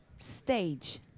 stage